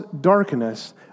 darkness